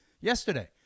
yesterday